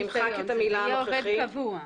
שזה יהיה עובד קבוע.